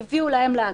יביאו להם לאגף,